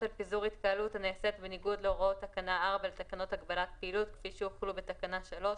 אז יכול להיות שצריך לבדוק את זה לקראת הסבב הבא.